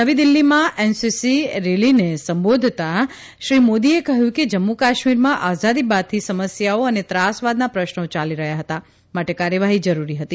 નવી દીલ્ફીમાં એનસીસી રેલીને સંબોધતાં શ્રી મોદીએ કહ્યું કે જમ્મુ કાશ્મીરમાં આઝાદી બાદથી સમસ્યાઓ અને ત્રાસવાદના પ્રશ્નો ચાલી રહ્યા હતા માટે કાર્યવાહી જરૂરી હતી